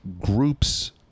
groups